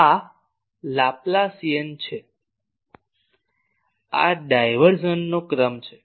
આ લાપલાસીયન છે આ ડાયવર્ઝનનો ક્રમ છે